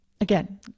again